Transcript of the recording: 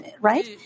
right